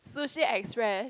Sushi Express